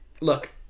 look